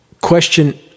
Question